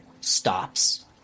stops